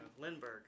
Lindbergh